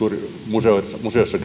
museoissa museoissa